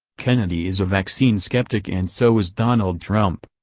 kennedy is a vaccine skeptic and so is donald trump.